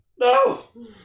No